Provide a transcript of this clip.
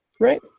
right